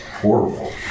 horrible